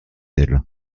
elle